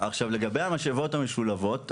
לגבי המשאבות המשולבות,